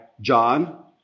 John